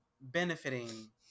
Benefiting